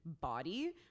body